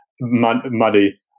muddy